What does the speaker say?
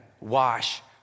wash